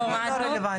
מינהל התכנון לא רלוונטי.